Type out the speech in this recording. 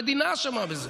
המדינה אשמה בזה.